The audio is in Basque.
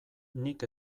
nik